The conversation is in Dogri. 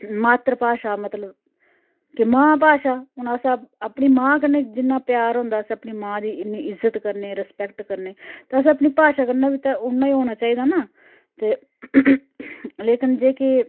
मात्तर भाशा मतलब कि मां भाशा हून अस अपनी मां कन्नै जिन्ना प्यार होंदा अस अपनी मां दी इ'न्नी इज्जत करने रिस्पैक्ट करने ते असें अपनी भाशा कन्नै बी ते उन्ना ही होना चाहिदा ना ते लेकिन जेह्के